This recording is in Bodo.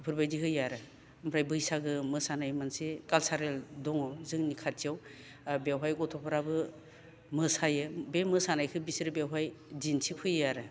बेफोरबायदि होयो आरो ओमफ्राय बैसागो मोसानाय मोनसे काल्चारेल दङ जोंनि खाथियाव बेवहाय गथ'फोराबो मोसायो बे मोसानायखौ बिसोरो बेवहाय दिनथिफैयो आरो